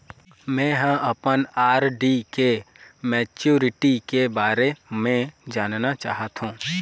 में ह अपन आर.डी के मैच्युरिटी के बारे में जानना चाहथों